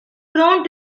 prone